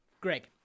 Greg